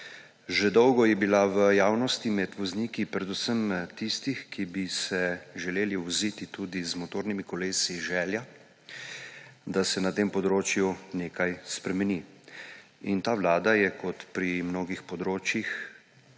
Že dolgo je bila v javnosti med vozniki, predvsem tistimi, ki bi se želeli voziti tudi z motornimi kolesi, želja, da se na tem področju nekaj spremeni. In ta vlada je, kot pri mnogih področjih,